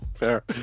Fair